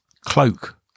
cloak